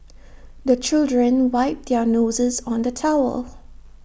the children wipe their noses on the towel